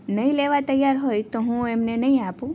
નહીં લેવા તૈયાર હોય તો હું એમને નહીં આપું